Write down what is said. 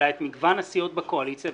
אלא את מגוון הסיעות בקואליציה,